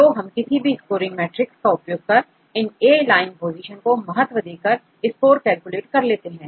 तो हम किसी भी स्कोरिंग मेट्रिक का उपयोग कर इन ए लाइन पोजीशन को महत्व देकर स्कोर कैलकुलेट कर लेते हैं